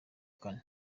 kane